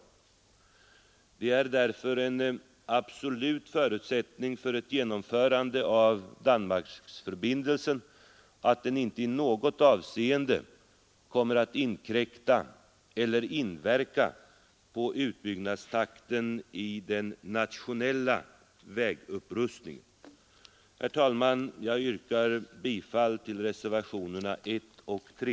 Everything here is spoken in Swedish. Det är därför en absolut förutsättning för ett genomförande av Danmarksförbindelsen att den inte i något avseende kommer att inkräkta eller inverka på utbyggnadstakten i den nationella vägupprustningen. Herr talman! Jag yrkar bifall till reservationerna 1 och 3.